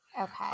Okay